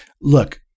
look